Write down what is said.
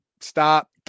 stop